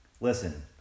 Listen